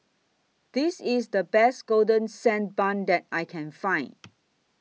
This IS The Best Golden Sand Bun that I Can Find